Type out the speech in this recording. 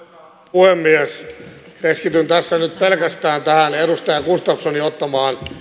puhemies keskityn nyt pelkästään tähän edustaja gustafssonin ottamaan